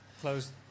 close